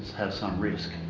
have some risk,